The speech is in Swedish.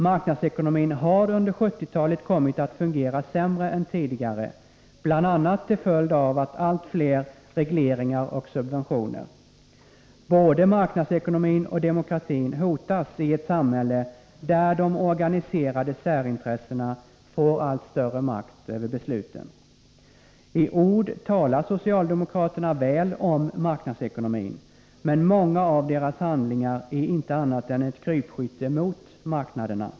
Marknadsekonomin har under 1970-talet kommit att fungera sämre än tidigare, bl.a. till följd av allt fler regleringar och subventioner. Både marknadsekonomin och demokratin hotas i ett samhälle där de organiserade särintressena får allt större makt över besluten. Socialdemokratin är kluven. I ord talar de väl om marknadsekonomin, men många av deras handlingar är inte annat än ett krypskytte mot marknaderna.